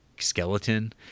skeleton